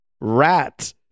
rat